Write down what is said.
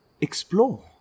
Explore